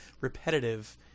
repetitive